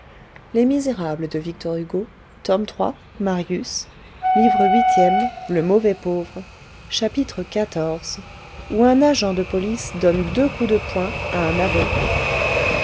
chapitre xiv où un agent de police donne deux coups de poing à un avocat